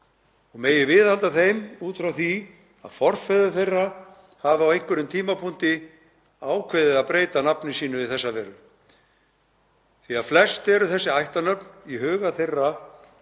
og má viðhalda þeim út frá því að forfeður þeirra hafi á einhverjum tímapunkti ákveðið að breyta nafni sínu í þessa veru. Flest eru þessi ættarnöfn, í huga þeirra